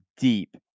deep